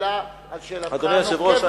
על שאלתך הנוקבת והחשובה.